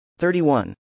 31